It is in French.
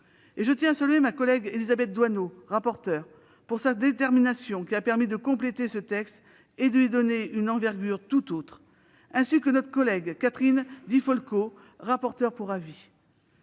Je tiens à saluer ma collègue Élisabeth Doineau, rapporteure, pour sa détermination qui a permis de compléter ce texte et de lui donner une envergure tout autre, ainsi que notre collègue Catherine Di Folco, rapporteure pour avis.